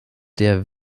der